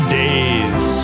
days